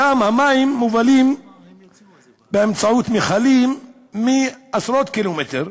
שם המים מובלים באמצעות מכלים עשרות קילומטרים.